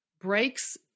breaks